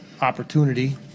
opportunity